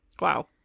Wow